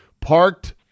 parked